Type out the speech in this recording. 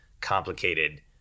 complicated